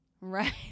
Right